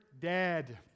dead